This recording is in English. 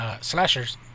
Slashers